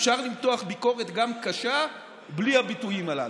אפשר למתוח ביקורת, גם קשה, בלי הביטויים הללו.